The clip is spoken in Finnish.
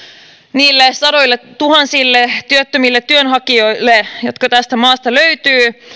niille sadoilletuhansille työttömille työnhakijoille jotka tästä maasta löytyvät